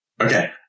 Okay